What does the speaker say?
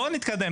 בואו נתקדם.